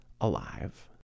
alive